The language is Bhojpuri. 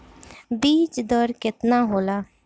बीज दर केतना होला?